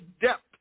depth